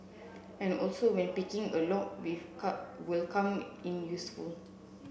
and also when picking a lock will come in useful